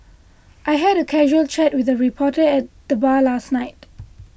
I had a casual chat with a reporter at the bar last night